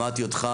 שמעתי אותך,